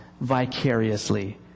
vicariously